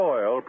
Oil